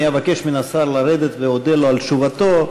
אני אבקש מן השר לרדת ואודה לו על תשובתו,